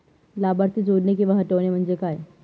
लाभार्थी जोडणे किंवा हटवणे, म्हणजे काय?